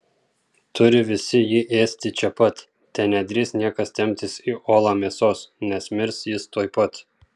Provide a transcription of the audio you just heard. turi visi jį ėsti čia pat te nedrįs niekas temptis į olą mėsos nes mirs jis tuoj pat